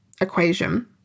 equation